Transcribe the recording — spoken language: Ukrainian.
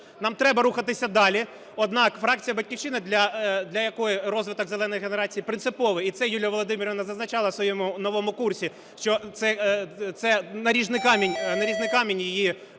нам треба рухатися далі. Однак фракція "Батьківщина", для якої розвиток "зеленої" генерації принциповий, і це Юлія Володимирівна зазначала в своєму новому курсі, що це наріжний камінь,